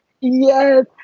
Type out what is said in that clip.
Yes